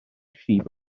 sheep